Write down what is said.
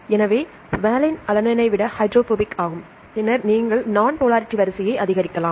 எனவே வாலனைன் அலனைனை விட ஹைட்ரோபோபிக் ஆகும் பின்னர் நீங்கள் நான் போலாரிட்டி வரிசையை அதிகரிக்கலாம்